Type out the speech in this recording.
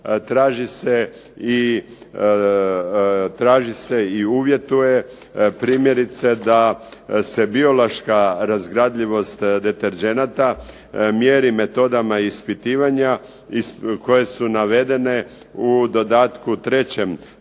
traži se i uvjetuje primjerice da se biološka razgradljivost deterdženata mjeri metodama ispitivanja koje su navedene u dodatku trećem